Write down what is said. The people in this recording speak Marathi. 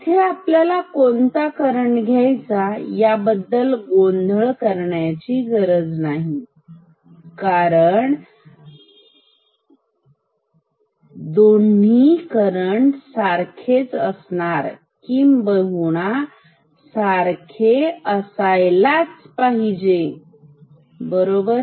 इथे आपल्याला कोणता करंट घ्यायचा याबद्दल गोंधळ करण्याची गरज नाही कारण दोन्ही करंट सारखेच असणार किंबहुना सारखे असायलाच पाहिजे बरोबर